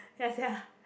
ya sia